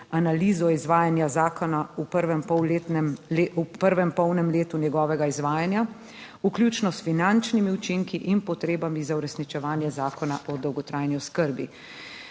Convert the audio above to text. analizo izvajanja zakona v prvem pol letnem, prvem polnem letu njegovega izvajanja, vključno s finančnimi učinki in potrebami za uresničevanje Zakona o dolgotrajni oskrbi.